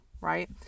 right